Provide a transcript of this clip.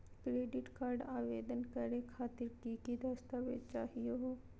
Credit card आवेदन करे खातिर की की दस्तावेज चाहीयो हो?